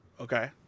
Okay